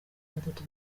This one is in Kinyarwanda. batatu